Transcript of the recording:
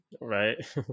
right